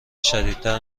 شدیدتر